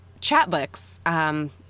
chatbooks